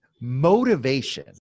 Motivation